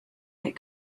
that